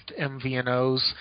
MVNOs